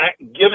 given